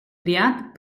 triat